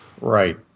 Right